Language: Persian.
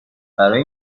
برای